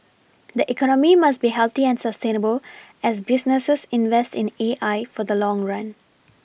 the economy must be healthy and sustainable as businesses invest in A I for the long run